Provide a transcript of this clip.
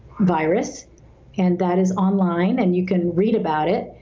virus and that is online and you can read about it.